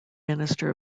minister